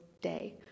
Day